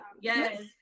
Yes